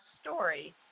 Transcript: story